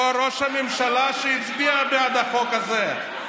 אותו ראש הממשלה הצביע בעד החוק הזה,